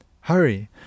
Hurry